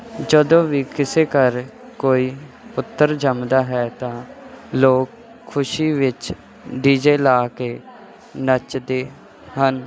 ਜਦੋਂ ਵੀ ਕਿਸੇ ਘਰ ਕੋਈ ਪੁੱਤਰ ਜੰਮਦਾ ਹੈ ਤਾਂ ਲੋਕ ਖੁਸ਼ੀ ਵਿੱਚ ਡੀਜੇ ਲਾ ਕੇ ਨੱਚਦੇ ਹਨ